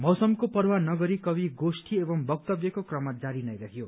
मौसमको पर्वाह नगरी कवि गोष्ठी एवं वक्तव्यको क्रम जारी नै रहयो